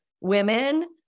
women